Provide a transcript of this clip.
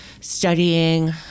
studying